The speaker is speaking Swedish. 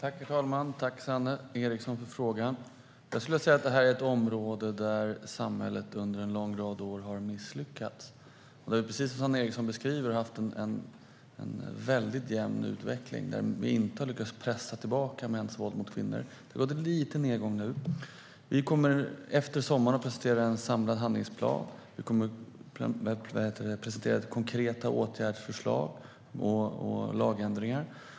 Herr talman! Tack, Sanne Eriksson, för frågan! Jag skulle vilja säga att detta är ett område där samhället under en lång rad år har misslyckats. Det är precis som Sanne Eriksson beskriver. Det har varit en väldigt jämn utveckling där vi inte har lyckats pressa tillbaka mäns våld mot kvinnor. Det har varit en liten nedgång nu. Vi kommer efter sommaren att presentera en samlad handlingsplan, konkreta åtgärdsförslag och lagändringar.